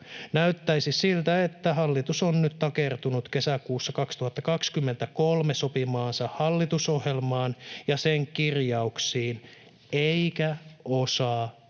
Näyttäisi siltä, että hallitus on nyt takertunut kesäkuussa 2023 sopimaansa hallitusohjelmaan ja sen kirjauksiin eikä osaa elää